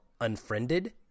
unfriended